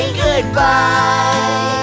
goodbye